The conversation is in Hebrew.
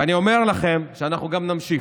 ואני אומר לכם שאנחנו גם נמשיך,